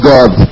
God